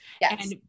Yes